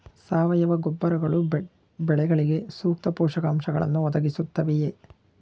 ಸಾವಯವ ಗೊಬ್ಬರಗಳು ಬೆಳೆಗಳಿಗೆ ಸೂಕ್ತ ಪೋಷಕಾಂಶಗಳನ್ನು ಒದಗಿಸುತ್ತವೆಯೇ?